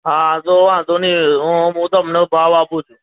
હા તો વાંધો નહીં અ હું તમને ભાવ આપું છું